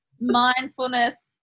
mindfulness